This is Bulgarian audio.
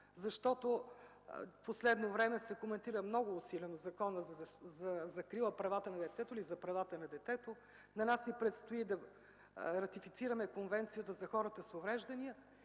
защото в последно време се коментира много усилено Законът за правата на детето. На нас ни предстои да ратифицираме Конвенцията за хората с увреждания